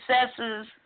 successes